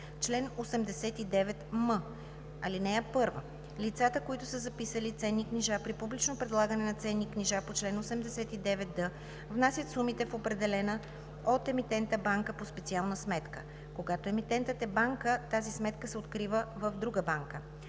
Чл. 89м. (1) Лицата, които са записали ценни книжа при публично предлагане на ценни книжа по чл. 89д, внасят сумите в определена от емитента банка по специална сметка. Когато емитентът е банка, тази сметка се открива в друга банка.